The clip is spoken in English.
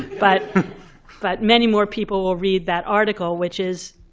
but but many more people will read that article, which is